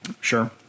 Sure